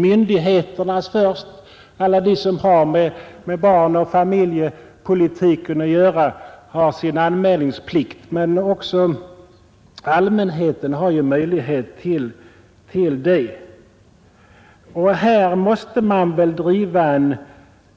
Myndigheterna, dvs. alla de som har med barnoch familjepolitik att göra, har sin anmälningsplikt, men också allmänheten har möjlighet att anmäla dessa fall. Här måste man väl driva